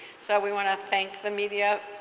so we want to thank the media,